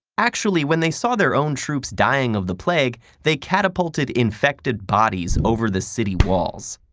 actually, when they saw their own troops dying of the plague, they catapulted infected bodies over the city walls.